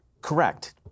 correct